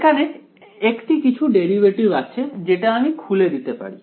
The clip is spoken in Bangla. এখানে একটি কিছু ডেরিভেটিভ আছে যেটা আমি খুলে দিতে পারি